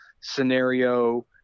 scenario